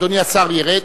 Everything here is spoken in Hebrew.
אדוני השר ירד.